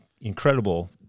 incredible